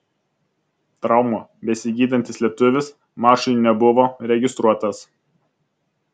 traumą besigydantis lietuvis mačui nebuvo registruotas